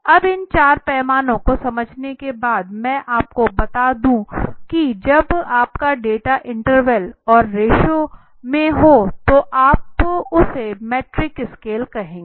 अब इन चार पैमाने को समझने के बाद मैं आपको बता दूं कि जब आपका डेटा इंटरवल और रेश्यो में हो तो आप उसे मीट्रिक स्केल कहेंगे